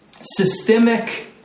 systemic